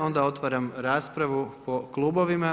Onda otvaram raspravu po klubovima.